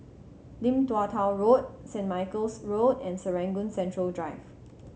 Lim Tua Tow Road Saint Michael's Road and Serangoon Central Drive